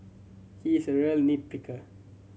he is a real nit picker